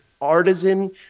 artisan